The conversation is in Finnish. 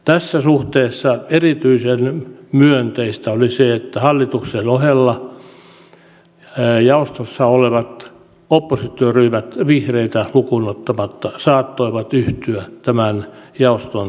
tässä suhteessa erityisen myönteistä oli se että hallituksen ohella jaostossa olevat oppositioryhmät vihreitä lukuun ottamatta saattoivat yhtyä tämän jaoston kantaan